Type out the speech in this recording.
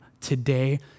today